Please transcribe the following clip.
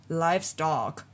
livestock